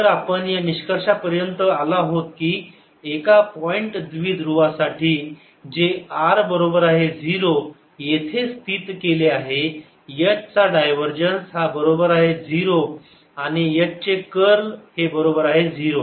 तर आपण या निष्कर्षापर्यंत आलो आहोत की एका पॉईंट द्विध्रुवा साठी जे r बरोबर आहे 0 येथे स्थित केले आहे H चा डायव्हरजन्स हा बरोबर आहे 0 आणि H चे कर्ल बरोबर आहे 0